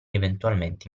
eventualmente